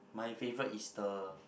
my favourite is the